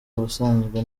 ubusanzwe